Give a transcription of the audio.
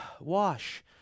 wash